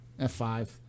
F5